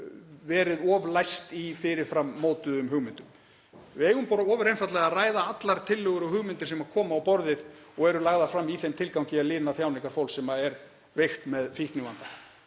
verið of læst í fyrirframmótuðum hugmyndum. Við eigum ofur einfaldlega að ræða allar tillögur og hugmyndir sem koma á borðið og eru lagðar fram í þeim tilgangi að lina þjáningar fólks sem er veikt og glímir við fíknivanda.